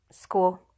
school